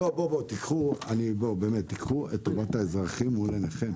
תיקחו, באמת, את טובת האזרחים מול עיניכם.